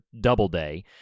Doubleday